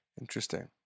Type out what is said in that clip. Interesting